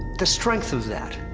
the strength of that.